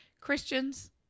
christians